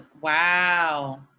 wow